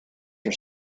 are